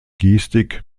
gestik